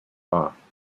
off